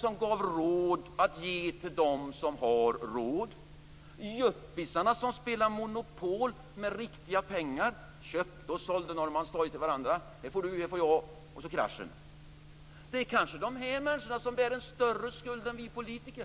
som hade råd att ge till dem som har råd, yuppisarna som spelade Monopol med riktiga pengar, köpte och sålde Norrmalmstorg till varandra: det får du, det får jag. Så kom kraschen. Det är kanske de människorna som bär en större skuld än vi politiker.